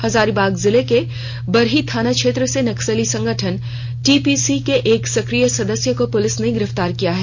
हजारीबाग जिले के बरही थाना क्षेत्र से नक्सली संगठन टीपीसी के एक सक्रिय सदस्य को पुलिस ने गिरफ्तार किया है